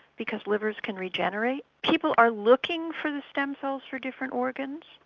because livers can regenerate. people are looking for the stem cells for different organs.